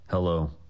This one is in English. Hello